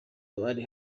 abari